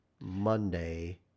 Monday